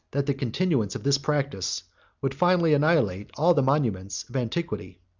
that the continuance of this practice would finally annihilate all the monuments of antiquity.